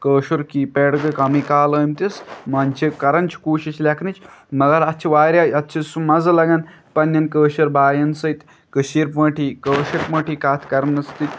کٲشُر keypad گٔے کَمٕے کال ٲمتِس منٛز چھِکھ کَران چھِ کوٗشِش لیکھنٕچ مگر اَتھ چھِ واریاہ اَتھ چھِ سُہ مَزٕ لگَن پنٛںٮ۪ن کٲشُر بایَن سۭتۍ کٔشیٖرِ پٲٹھی کٲشِرۍ پٲٹھی کَتھ کَرنَس سۭتۍ